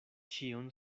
ĉion